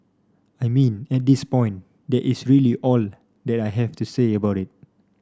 I mean at this point that is really all that I have to say about it